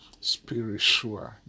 spiritual